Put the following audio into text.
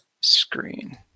screen